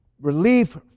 relief